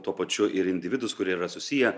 tuo pačiu ir individus kurie yra susiję